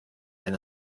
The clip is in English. and